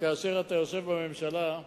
שכאשר אתה יושב בממשלה,